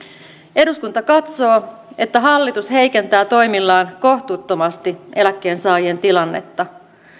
eduskunta katsoo että hallitus heikentää toimillaan kohtuuttomasti eläkkeensaajien tilannetta